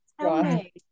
right